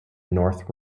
north